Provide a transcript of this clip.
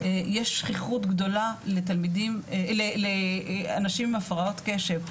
יש שכיחות גדולה לאנשים עם הפרעות קשב,